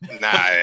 nah